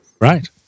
Right